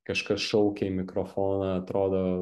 kažkas šaukia į mikrofoną atrodo